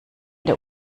der